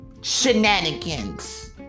Shenanigans